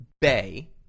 Bay